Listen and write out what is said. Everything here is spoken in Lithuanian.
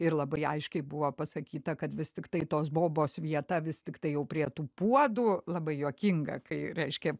ir labai aiškiai buvo pasakyta kad vis tiktai tos bobos vieta vis tiktai jau prie tų puodų labai juokinga kai reiškia